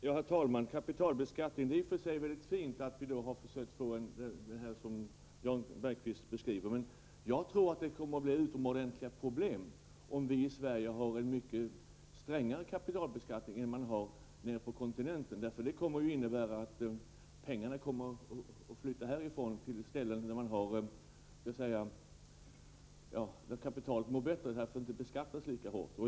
Herr talman! Det är i och för sig bra att vi har försökt få till stånd det som Jan Bergqvist beskriver, men jag tror att det kommer att bli utomordentliga problem om vi i Sverige har en mycket strängare kapitalbeskattning än vad man har nere på kontinenten. Det kommer nämligen att innebära att pengarna flyttar härifrån till platser där kapitalet så att säga mår bättre, där det inte beskattas lika hårt.